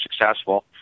successful